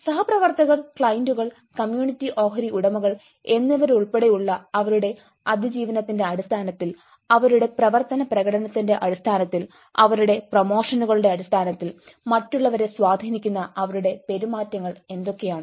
സഹപ്രവർത്തകർ ക്ലയന്റുകൾ കമ്മ്യൂണിറ്റി ഓഹരി ഉടമകൾ എന്നിവരുൾപ്പെടെയുള്ള അവരുടെ അതിജീവനത്തിന്റെ അടിസ്ഥാനത്തിൽ അവരുടെ പ്രവർത്തന പ്രകടനത്തിന്റെ അടിസ്ഥാനത്തിൽ അവരുടെ പ്രമോഷനുകളുടെ അടിസ്ഥാനത്തിൽ മറ്റുള്ളവരെ സ്വാധീനിക്കുന്ന അവരുടെ പെരുമാറ്റങ്ങൾ എന്തൊക്കെയാണ്